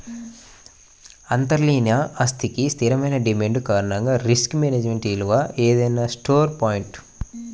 అంతర్లీన ఆస్తికి స్థిరమైన డిమాండ్ కారణంగా రిస్క్ మేనేజ్మెంట్ విలువ ఏదైనా స్టోర్ పాయింట్